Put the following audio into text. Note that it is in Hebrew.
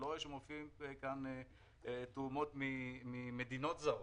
אני לא רואה שמופיעות כאן תרומות ממדינות זרות.